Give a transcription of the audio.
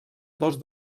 dos